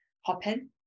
Hopin